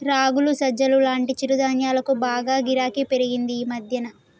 రాగులు, సజ్జలు లాంటి చిరుధాన్యాలకు బాగా గిరాకీ పెరిగింది ఈ మధ్యన